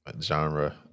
genre